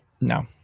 No